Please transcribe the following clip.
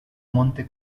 monte